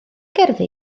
gerddi